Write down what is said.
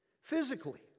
physically